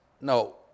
no